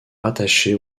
rattachés